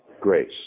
grace